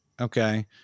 okay